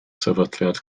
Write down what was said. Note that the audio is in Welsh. sefydliad